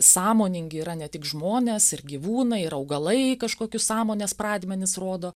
sąmoningi yra ne tik žmonės ir gyvūnai ir augalai kažkokius sąmonės pradmenis rodo